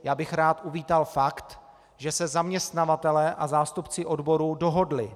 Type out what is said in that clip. Já bych rád uvítal fakt, že se zaměstnavatelé a zástupci odborů dohodli.